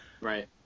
Right